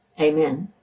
Amen